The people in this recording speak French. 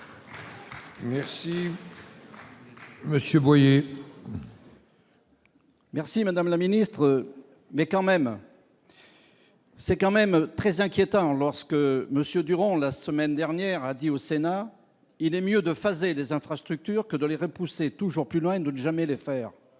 journées. Monsieur Boyer. Merci madame la ministre, mais quand même. C'est quand même très inquiétant lorsque Monsieur durant la semaine dernière a dit au Sénat, il est mieux de phase et des infrastructures que de les repousser toujours plus loin, de ne jamais le faire.